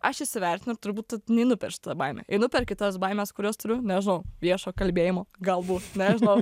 aš įsivertinu ir turbūt tu neinu per šitą baimę einu per kitas baimes kurios turi nežinau viešo kalbėjimo galbūt nežinau